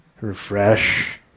Refresh